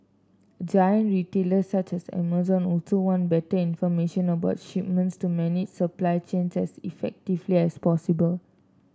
giant retailers such as Amazon also want better information about shipments to manage supply chains as effectively as possible